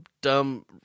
dumb